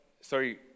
sorry